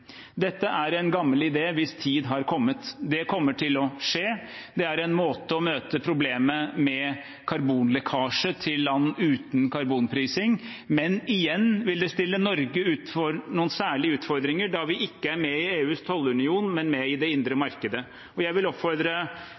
Dette er en gammel idé hvis tid har kommet. Det kommer til å skje. Det er en måte å møte problemet med karbonlekkasje til land uten karbonprising, men igjen vil det stille Norge overfor noen særlige utfordringer, da vi ikke er med i EUs tollunion, men med i det indre markedet. Jeg vil oppfordre